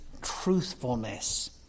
truthfulness